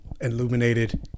illuminated